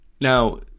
Now